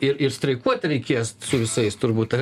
ir ir streikuoti reikės su visais turbūt